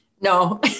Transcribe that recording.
No